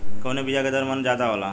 कवने बिया के दर मन ज्यादा जाला?